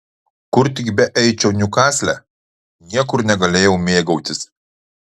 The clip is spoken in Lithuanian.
kur tik beeičiau niukasle niekur negalėjau mėgautis